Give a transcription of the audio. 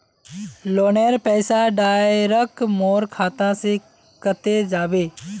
लोनेर पैसा डायरक मोर खाता से कते जाबे?